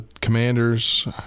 commanders